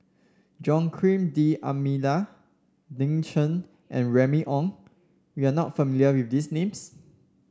Joaquim D'Almeida Lin Chen and Remy Ong you are not familiar with these names